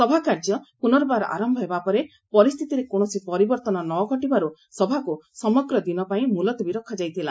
ସଭାକାର୍ଯ୍ୟ ପୁନର୍ବାର ଆରମ୍ଭ ହେବାପରେ ପରିସ୍ଥିତିରେ କୌଣସି ପରିବର୍ତ୍ତନ ନ ଘଟିବାରୁ ସଭାକୁ ସମଗ୍ର ଦିନପାଇଁ ମୁଲତବୀ ରଖାଯାଇଥିଲା